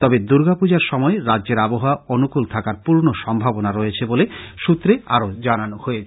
তবে দুর্গা পুজোর সময় রাজ্যের আবহাওয়া অনূকল থাকার পূর্ন সম্ভাবনা রয়েছে বলে সুত্রে আরো জানানো হয়েছে